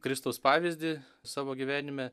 kristaus pavyzdį savo gyvenime